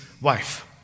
wife